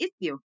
issue